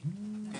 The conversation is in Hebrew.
אני